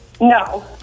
No